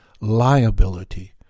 liability